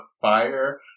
fire